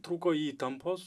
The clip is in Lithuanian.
trūko įtampos